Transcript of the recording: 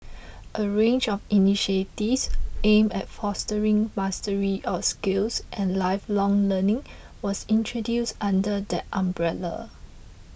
a range of initiatives aimed at fostering mastery of skills and lifelong learning was introduced under that umbrella